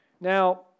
Now